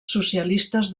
socialistes